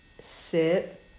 sit